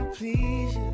Please